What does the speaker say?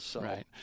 Right